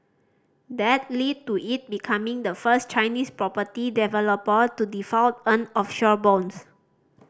that lead to it becoming the first Chinese property developer to default on offshore bonds